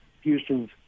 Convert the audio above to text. Houston's